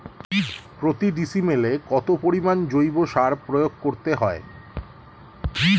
প্রতি ডিসিমেলে কত পরিমাণ জৈব সার প্রয়োগ করতে হয়?